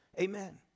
Amen